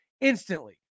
instantly